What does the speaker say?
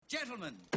Gentlemen